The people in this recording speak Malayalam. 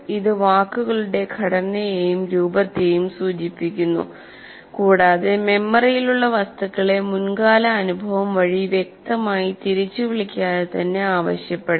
ഇത് വാക്കുകളുടെ ഘടനയെയും രൂപത്തെയും സൂചിപ്പിക്കുന്നു കൂടാതെ മെമ്മറിയിലുള്ള വസ്തുക്കളെ മുൻകാല അനുഭവം വഴി വ്യക്തമായി തിരിച്ചുവിളിക്കാതെ തന്നെ ആവശ്യപ്പെടാം